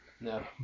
no